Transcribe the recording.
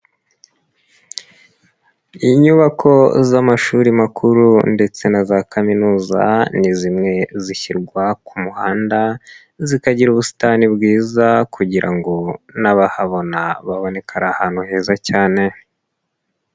Inyubako z'amashuri makuru ndetse na za kaminuza ni zimwe zishyirwa ku muhanda, zikagira ubusitani bwiza kugira ngo n'abahabona baboneka ari ahantu heza cyane.